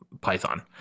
python